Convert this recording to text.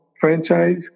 franchise